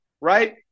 right